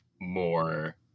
more